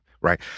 right